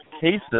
cases